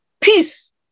Peace